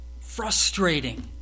Frustrating